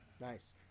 Nice